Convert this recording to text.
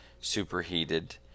superheated